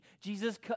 Jesus